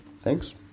Thanks